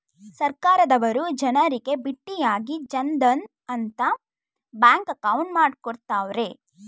ಸರ್ಕಾರದವರು ಜನರಿಗೆ ಬಿಟ್ಟಿಯಾಗಿ ಜನ್ ಧನ್ ಅಂತ ಬ್ಯಾಂಕ್ ಅಕೌಂಟ್ ಮಾಡ್ಕೊಡ್ತ್ತವ್ರೆ